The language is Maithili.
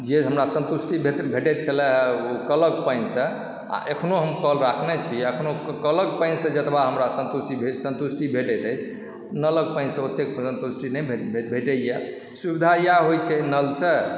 जे हमरा सन्तुष्टि भेटैत छलऽ कलक पानिसँ आ अखनो हम कल राखने छी हम अखनो कलक पानिसे जतबा हमरा सन्तुष्टि भेटैंत अछि नलक पानि से ओतेक सन्तुष्टि नहि भेंटयए सुविधा यएह होइत छै नलसे